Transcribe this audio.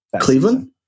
Cleveland